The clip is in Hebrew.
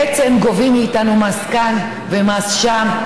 בעצם גובים מאיתנו מס כאן ומס שם,